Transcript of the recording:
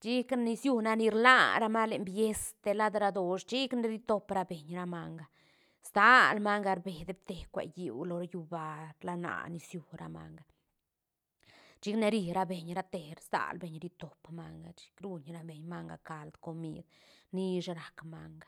chicane nis siú nac ni rla ra manga len bies telad radosh chicane ritop ra beñ ra manga staal manga rbee depte cue lliú lo ra llúba rlana nis siú ra manga chicane ri ra beñ ra te stál beñ ri top manga chic ruñ ra beñ manga cald comid nish rac manga.